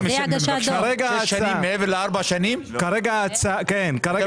בלי הגשת דוח.